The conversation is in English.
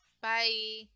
Bye